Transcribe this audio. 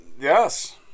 Yes